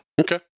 Okay